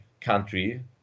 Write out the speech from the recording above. country